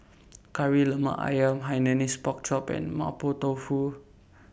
Kari Lemak Ayam Hainanese Pork Chop and Mapo Tofu